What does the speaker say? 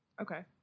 Okay